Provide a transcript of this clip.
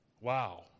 Wow